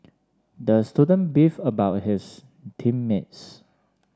the student beef about his team mates